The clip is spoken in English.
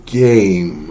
game